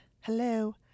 Hello